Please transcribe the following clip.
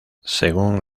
según